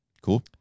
Cool